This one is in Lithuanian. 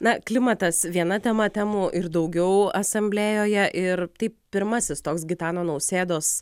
na klimatas viena tema temų ir daugiau asamblėjoje ir tai pirmasis toks gitano nausėdos